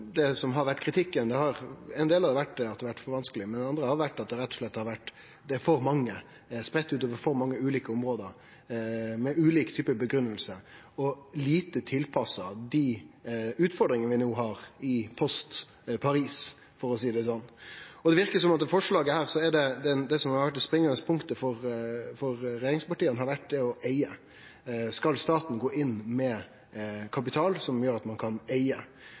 Det som har vore ein del av kritikken, er at det har vore for vanskeleg. Det andre har vore at det rett og slett har vore for mange spreidde utover for mange ulike område med ulik type grunngiving og lite tilpassa dei utfordringane vi no har post Paris, for å seie det sånn. I forslaget her verkar det som det som har vore det springande punktet for regjeringspartia, har vore å eige. Skal staten gå inn med kapital som gjer at ein kan eige?